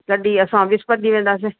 कॾहिं असां विस्पति ॾींहुं वेंदासीं